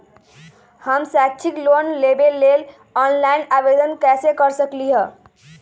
हम शैक्षिक लोन लेबे लेल ऑनलाइन आवेदन कैसे कर सकली ह?